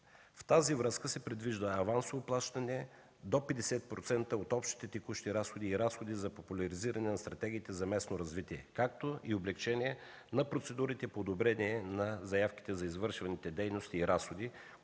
В тази връзка се предвижда авансово плащане до 50% от общите текущи разходи и разходи за популяризиране на стратегиите за местно развитие, както и облекчение на процедурите по одобрение на заявките за извършваните дейности и разходи,